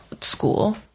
school